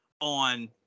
on